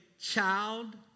child